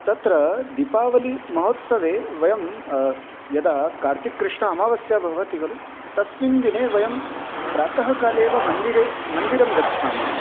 तत्र दीपावलिमहोत्सवे वयं यदा कार्तिककृष्णामावस्या भवति खलु तस्मिन् दिने वयं प्रातःकाले एव मन्दिरे मन्दिरं गच्छामः